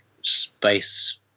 space